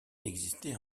existait